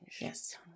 yes